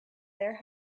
their